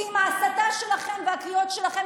כי ההסתה שלכם והקריאות שלכם,